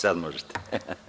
Sad možete.